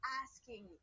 asking